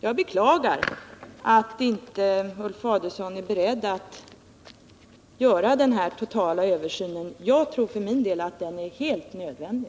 Jag beklagar att inte Ulf Adelsohn är beredd att tillstyrka en total översyn. Jag tror för min del att en sådan är helt nödvändig.